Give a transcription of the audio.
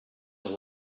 know